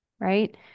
Right